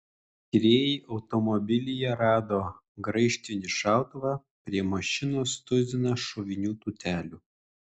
tyrėjai automobilyje rado graižtvinį šautuvą prie mašinos tuziną šovinių tūtelių